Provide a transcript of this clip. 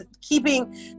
keeping